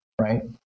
right